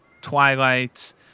twilight